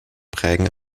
prägen